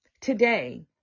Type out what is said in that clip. Today